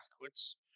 backwards